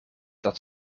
dat